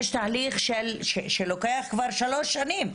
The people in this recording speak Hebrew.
יש תהליך שלוקח כבר שלוש שנים,